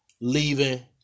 leaving